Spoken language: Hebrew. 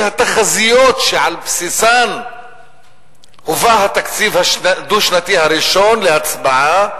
התחזיות שעל בסיסן הובא התקציב הדו-שנתי הראשון להצבעה,